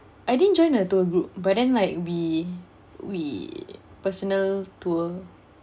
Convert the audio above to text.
I didn't join a tour group but then like we we personal tour